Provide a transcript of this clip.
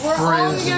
friends